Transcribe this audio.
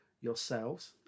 yourselves